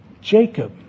Jacob